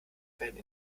werden